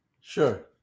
sure